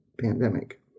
pandemic